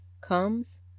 comes